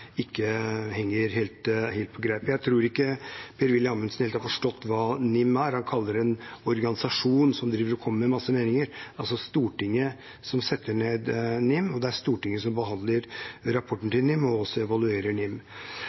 ikke henger helt på greip. Jeg tror ikke Per-Willy Amundsen helt har forstått hva NIM er. Han kaller det en organisasjon som driver og kommer med masse meninger. Det er altså Stortinget som setter ned NIM, og det er Stortinget som behandler rapporten til NIM og også evaluerer NIM.